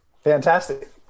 Fantastic